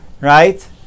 right